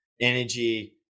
energy